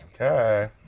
Okay